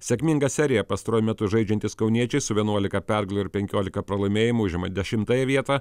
sėkmingą seriją pastaruoju metu žaidžiantys kauniečiai su vienuolika pergalių ir penkiolika pralaimėjimų užima dešimtąją vietą